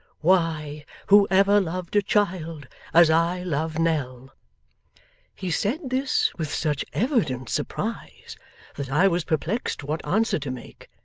why, who ever loved a child as i love nell he said this with such evident surprise that i was perplexed what answer to make,